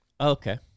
Okay